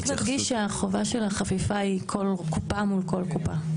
רק נדגיש שהחובה של החפיפה היא כל קופה מול כל קופה.